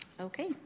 Okay